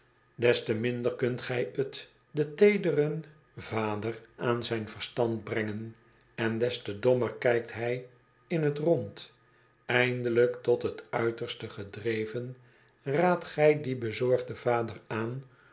des te minder kunt gij t den teedcren vader aan zijn verstand brengen en des te dommer kijkt hij in t rond eindelijk tot t uiterste gedreven raadt g dien bezorgden vader aan